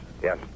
yes